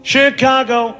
Chicago